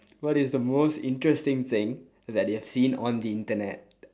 what is the most interesting thing that you have seen on the internet